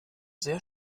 sehr